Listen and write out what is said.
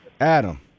Adam